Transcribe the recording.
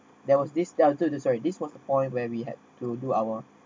there was this sorry this was a point where we had to do our